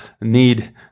need